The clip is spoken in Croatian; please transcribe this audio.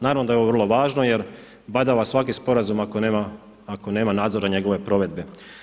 Naravno da je ovo vrlo važno jer badava svaki sporazum ako nema nadzora njegove provedbe.